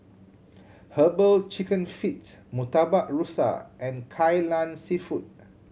Herbal Chicken Feet Murtabak Rusa and Kai Lan Seafood